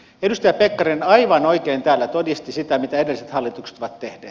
edustaja pekkarinen aivan oikein täällä todisti siitä mitä edelliset hallitukset ovat tehneet